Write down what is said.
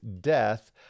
death